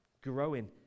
growing